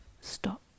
Stop